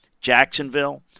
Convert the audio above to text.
Jacksonville